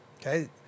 Okay